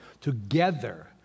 Together